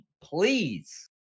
please